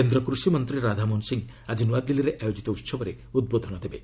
କେନ୍ଦ୍ର କୃଷିମନ୍ତ୍ରୀ ରାଧାମୋହନ ସିଂ ଆଜି ନୂଆଦିଲ୍ଲୀରେ ଆୟୋଜିତ ଉହବରେ ଉଦ୍ବୋଧନ ଦେବେ